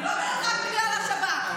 אני לא אומרת רק בגלל השב"כ.